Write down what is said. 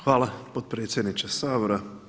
Hvala potpredsjedniče Sabora.